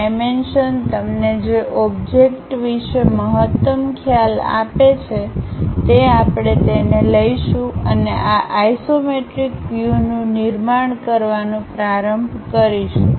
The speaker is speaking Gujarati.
ડાઈમેન્શન તમને જે ઓબ્જેક્ટ વિશે મહત્તમ ખ્યાલ આપે છે તે આપણે તેને લઈશું અને આ આઇસોમેટ્રિક વ્યૂ નું નિર્માણ કરવાનું પ્રારંભ કરીશું